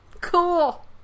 Cool